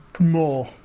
More